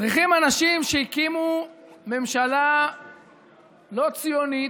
צריכים אנשים שהקימו ממשלה לא ציונית,